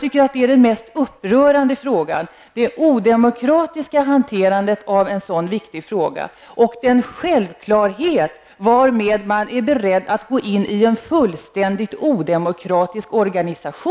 Det som är mest upprörande är enligt min mening att en sådan viktig fråga hanteras så odemokratiskt och att det tycks vara en självklarhet att man är beredd att gå in i en fullständigt odemokratisk organisation.